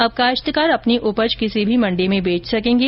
अब काश्तकार अपनी उपज किसी भी मंडी में बेच सकेंगे